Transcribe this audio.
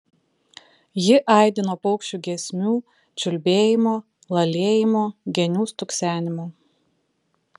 ji aidi nuo paukščių giesmių čiulbėjimo lalėjimo genių stuksenimo